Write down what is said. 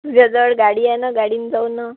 तुझ्याजवळ गाडी आहे ना गाडीनं जाऊ ना